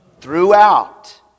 Throughout